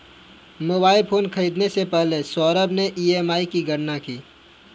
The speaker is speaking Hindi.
मोबाइल फोन खरीदने से पहले सौरभ ने ई.एम.आई की गणना की